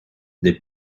the